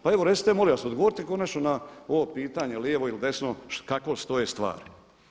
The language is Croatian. Pa evo recite molim vas, odgovorite konačno na ovo pitanje lijevo ili desno kako stoje stvari.